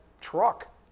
truck